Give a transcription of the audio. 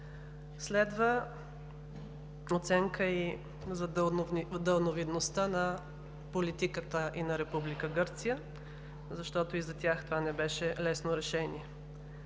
Следва оценка за далновидността на политиката на Република Гърция, защото и за тях това не беше лесно решение,